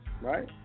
Right